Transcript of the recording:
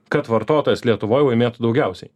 kad vartotojas lietuvoj laimėtų daugiausiai